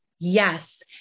Yes